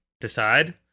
decide